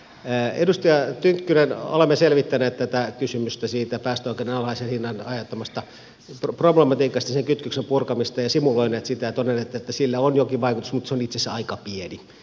edustaja tynkkynen olemme selvittäneet tätä kysymystä siitä päästöoikeuden alhaisen hinnan aiheuttamasta problematiikasta sen kytköksen purkamisesta ja simuloineet sitä ja todenneet että sillä on jokin vaikutus mutta se on itse asiassa aika pieni